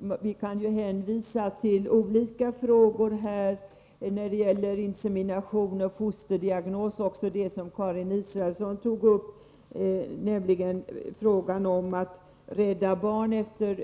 Man kan här hänvisa till frågor som insemination och fosterdiagnostik och till det som Karin Israelsson tog upp, nämligen frågan om att rädda barn efter